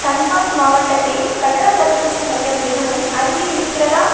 தன்பாத் மாவட்டத்தில் கட்டணத் தடுப்பூசி மையம் எதுவும் அருகில் இருக்கிறதா